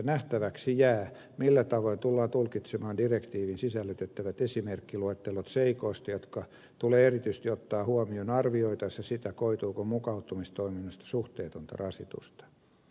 nähtäväksi jääkin millä tavoin direktiiviin sisällytettävät esimerkkiluettelot seikoista jotka tulee erityisesti ottaa huomioon arvioitaessa sitä koituuko mukauttamistoimista suhteetonta rasitusta tullaan tulkitsemaan